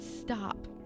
Stop